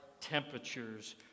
temperatures